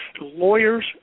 Lawyers